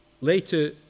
Later